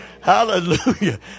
Hallelujah